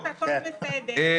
--- הכול בסדר.